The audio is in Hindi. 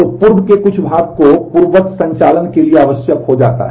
तो पूर्व के कुछ भाग को पूर्ववत संचालन के लिए आवश्यक हो सकता है